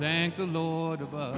thank the lord above